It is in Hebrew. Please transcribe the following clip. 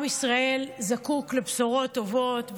עם ישראל זקוק לבשורות טובות,